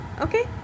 Okay